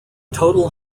total